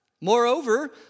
Moreover